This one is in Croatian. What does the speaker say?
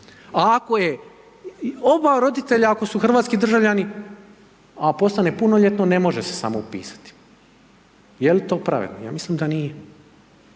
a ako je oba roditelja ako su hrvatski državljani a postane punoljetno ne može se samo upisati. Je li to pravedno? Ja mislim da nije.